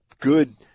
good